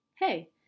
Hey